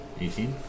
18